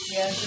Yes